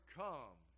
come